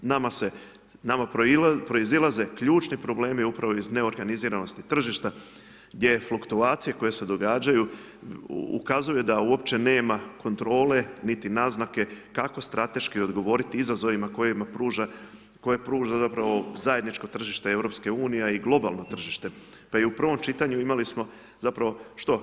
Nama proizlaze ključni problemi upravo iz neorganiziranosti tržišta, gdje fluktuacije koje se događaju, ukazuju da uopće nema kontrole niti naznake, kako strateški odgovoriti izazovima koje pruža zajedničko tržište EU, a i globalno tržište pa i u pravom čitanju imali smo, zapravo što?